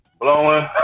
blowing